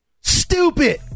stupid